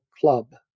club